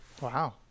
Wow